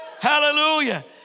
Hallelujah